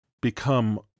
become